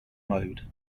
mode